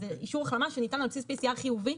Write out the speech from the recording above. זה אישור החלמה שניתן על בסיס PCR חיובי.